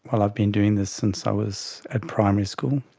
well, i've been doing this since i was at primary school.